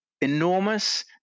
enormous